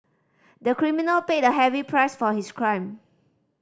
the criminal paid a heavy price for his crime